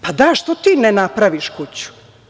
Pa da, što ti ne napraviš kuću.